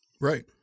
Right